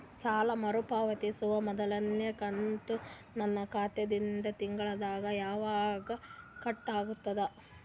ಸಾಲಾ ಮರು ಪಾವತಿಸುವ ಮೊದಲನೇ ಕಂತ ನನ್ನ ಖಾತಾ ದಿಂದ ತಿಂಗಳದಾಗ ಯವಾಗ ಕಟ್ ಆಗತದ?